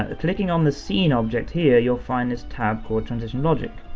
ah clicking on the scene object here, you'll find this tab called transition logic.